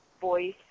voice